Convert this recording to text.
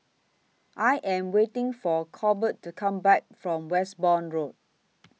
I Am waiting For Colbert to Come Back from Westbourne Road